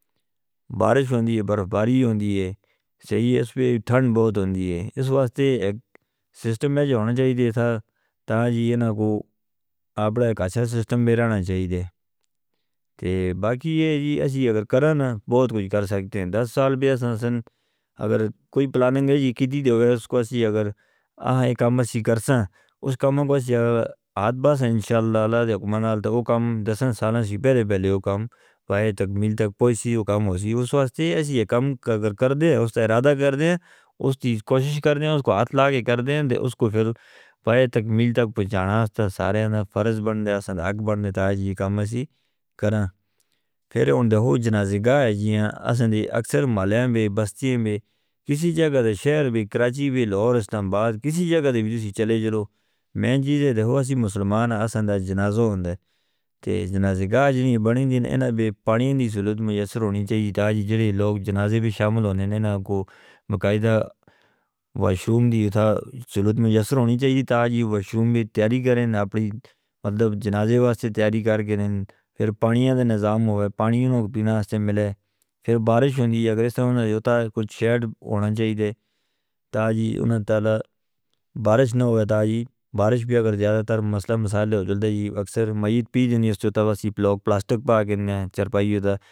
بارش ہوندی ہے برف باری ہوندی ہے سہی ہے اس وے تھنڈ بہت ہوندی ہے اس واسطے ایک سسٹم ہے جے ہونا چاہیے تھا تاں جی انہاں کو اپنا ایک اچھا سسٹم میرا نا چاہیے دے تے باقی یہ جی اسیں اگر کرنا بہت کچھ کر سکتے ہیں دس سال بھی ہے سانسیں اگر کوئی پلاننگ ہے جی کدی دیو گے اس کو اسیں اگر آہ ایک کام اسیں کرساں اس کام کو اسیں اگر ہاتھ باس ہیں انشاءاللہ اللہ دے حکم نال تو وہ کام دس سالاں سے پہلے پہلے ہو کام پہنچے۔ اس واسطے اسیں ایک کام کر دے اس تا ارادہ کر دے اس کی کوشش کرنے اس کو ہاتھ لگا کے کر دے اس کو پھر پائے تکمیل تک پچھانا۔ اس تا سارےاں فرز بندے ہیں سنعق بندے تاں جی کام اسیں کرن پھر ان دا ہو جنازہ ہے جی ہیں اسندے اکثر مالے میں بستی میں کسی جگہ دے شہر میں کراچی میں لاہور اسلمباد کسی جگہ دے بھی جسے چلے جاؤ مین جی دے دے ہو اسیں مسلمان ہیں اسندہ جنازہ ہوندے تے جنازہ ہے جی بنائی دی اینہ بے پانی دی سلوط میسر ہونی چاہیے۔ تاں جی جڑے لوگ جنازے بھی شامل ہونے اینہ کو مکایدہ واشوم دی اتھا سلوط میسر ہونی چاہیے۔ تاں جی واشوم بھی تیاری کریں اپنی مطلب جنازے واسطے تیاری کر کے پھر پانیان دے نظام ہووے پانی انہاں کو پینا سے ملے۔ پھر بارش ہوندی اگر اس وقت کوئی شیڈ ہونا چاہیے دے تاں جی انہاں تاں بارش نہ ہووے۔ تاں جی بارش بھی اگر زیادہ تر مسئلہ مسائل ہو جاندے جی اکثر میت پیجن دی اس وقت واسطے پلاسٹک پاہ کرنیاں چڑپائی تاں.